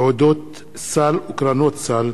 (תעודות סל וקרנות סל),